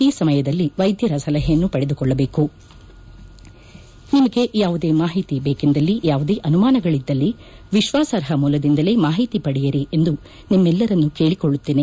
ಈ ಸಮಯದಲ್ಲಿ ವೈದ್ಲರ ಸಲಹೆಯನ್ನು ಪಡೆದುಕೊಳ್ಳಬೇಕು ನಿಮಗೆ ಯಾವುದೇ ಮಾಹಿತಿ ಬೇಕೆಂದಲ್ಲಿ ಯಾವುದೇ ಅನುಮಾನಗಳದ್ದಲ್ಲಿ ವಿಶ್ನಾಸಾರ್ಹ ಮೂಲದಿಂದಲೇ ಮಾಹಿತಿ ಪಡೆಯಿರಿ ಎಂದು ನಿಮ್ನೆಲ್ಲರನ್ನು ಕೇಳಕೊಳ್ಳುತ್ತೇನೆ